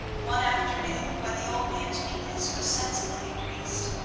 one afternoon when the old man's weakness was sensibly increased,